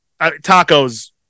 tacos